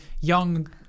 young